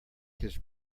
his